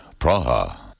Praha